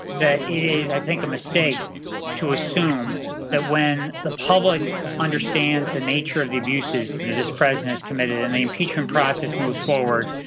that it is i think a mistake to assume that when the public understands the nature of the abuses that this president is committed and the impeachment process moves forward,